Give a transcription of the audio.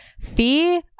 fear